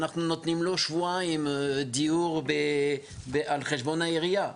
אנחנו נותנים לו שבועיים דיור על חשבון העירייה.